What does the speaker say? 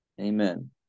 Amen